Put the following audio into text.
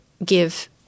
give